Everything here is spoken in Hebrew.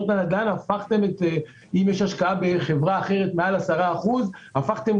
מה פתאום,